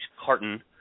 carton